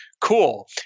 Cool